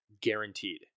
Guaranteed